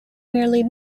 merely